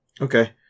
Okay